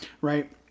Right